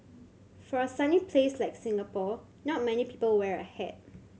for a sunny place like Singapore not many people wear a hat